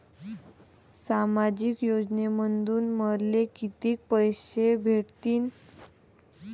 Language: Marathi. सामाजिक योजनेमंधून मले कितीक पैसे भेटतीनं?